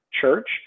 church